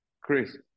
Chris